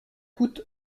coûte